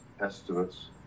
estimates